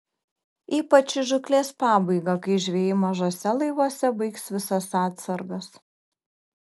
ypač į žūklės pabaigą kai žvejai mažuose laivuose baigs visas atsargas